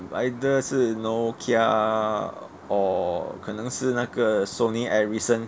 either 是 nokia or 可能是那个 sony ericsson